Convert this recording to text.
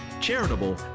charitable